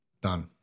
Done